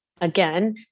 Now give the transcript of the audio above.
again